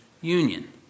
union